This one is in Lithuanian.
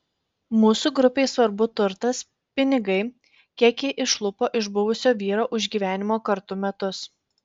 mūsų grupei svarbu turtas pinigai kiek ji išlupo iš buvusio vyro už gyvenimo kartu metus